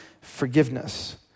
forgiveness